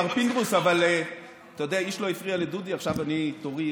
מר פינדרוס, איש לא הפריע לדודי, עכשיו תורי